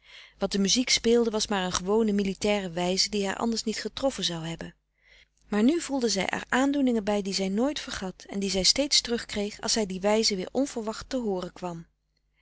wat de muziek speelde was maar een gewone militaire wijze die haar anders niet getroffen zou hebben maar nu voelde zij er aandoeningen bij die zij nooit vergat en die zij steeds terug kreeg als zij die wijze weer onverwacht te hooren kwam